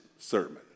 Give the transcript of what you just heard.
sermon